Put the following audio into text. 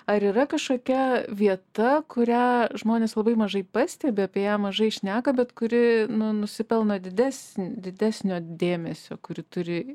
ar yra kažkokia vieta kurią žmonės labai mažai pastebi apie ją mažai šneka bet kuri nu nusipelno didesni didesnio dėmesio kuri turi